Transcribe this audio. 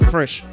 Fresh